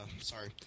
sorry